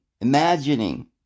imagining